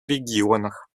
регионах